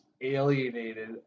alienated